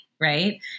right